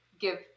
give